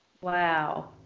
Wow